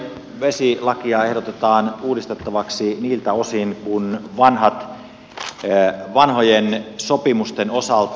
vesilakia ehdotetaan uudistettavaksi vanhojen sopimusten osalta